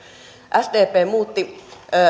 sdp muutti